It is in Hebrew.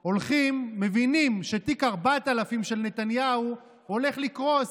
מבינים שתיק 4000 של נתניהו הולך לקרוס,